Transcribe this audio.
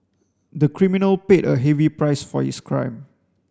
the criminal paid a heavy price for his crime